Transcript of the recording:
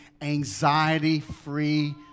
anxiety-free